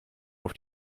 auf